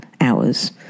hours